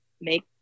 make